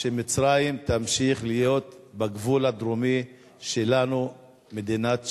שמצרים תמשיך להיות בגבול הדרומי שלנו מדינת שלום,